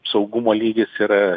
saugumo lygis yra